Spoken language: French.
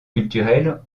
culturelle